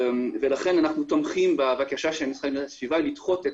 לכן אנחנו תומכים בבקשה של המשרד להגנת הסביבה לדחות את